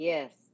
Yes